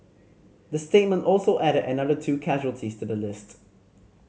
the statement also added another two casualties to the list